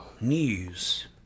news